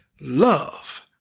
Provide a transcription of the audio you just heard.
love